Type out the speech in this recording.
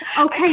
Okay